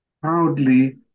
proudly